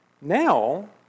Now